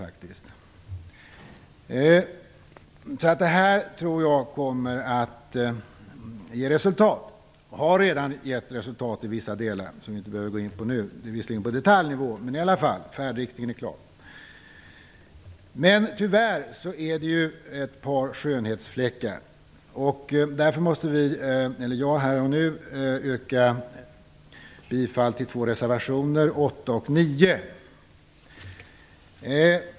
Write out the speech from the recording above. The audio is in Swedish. Jag tror att detta kommer att ge resultat. Det har redan gett resultat i vissa delar, som vi nu inte behöver gå in på. Det är visserligen på detaljnivå, men riktningen är i varje fall klar. Men det finns tyvärr ett par skönhetsfläckar. Därför måste jag här och nu yrka bifall till två reservationer, reservationerna 8 och 9.